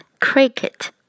Cricket